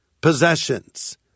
possessions